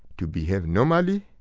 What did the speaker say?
to behave normally,